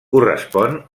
correspon